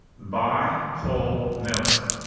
buy whole milk.